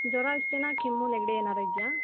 ಜ್ವರ ಅಷ್ಟೆನಾ ಕೆಮ್ಮು ನೆಗಡಿ ಏನಾರು ಇದೆಯಾ